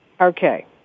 Okay